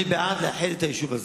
אני בעד לאחד את היישוב הזה.